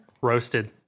Roasted